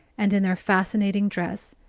and in their fascinating dress,